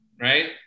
right